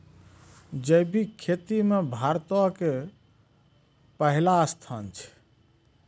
जैविक खेती मे भारतो के पहिला स्थान छै